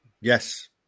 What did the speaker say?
Yes